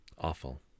awful